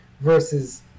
Versus